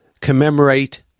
commemorate